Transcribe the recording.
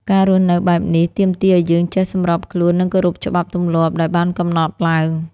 ការរស់នៅបែបនេះ ទាមទារឲ្យយើងចេះសម្របខ្លួន និងគោរពច្បាប់ទម្លាប់ដែលបានកំណត់ឡើង។